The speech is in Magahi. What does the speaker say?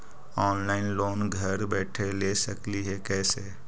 ऑनलाइन लोन घर बैठे ले सकली हे, कैसे?